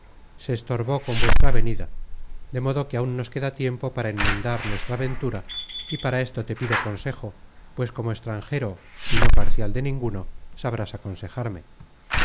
se estorbó con vuestra venida de modo que áun nos queda tiempo para enmendar nuestra ventura y para esto te pido consejo pues como extranjero y no par cial de ninguno sabrás aconsejarme